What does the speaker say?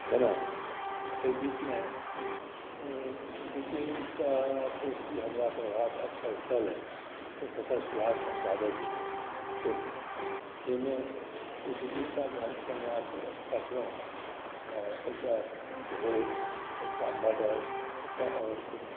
जेना एहि बीचमे दू तीनटा पोथी हमरा पढ़बाक अवसर भेटलए प्रोफेसर सुभाष चन्द्र यादव जीके पोथी जाहिमे जे दू तीनटा जे हम उपन्यास पढ़लहुँ हेँ एकटा भूख एकटा मर्डर एकटा आओर कोनो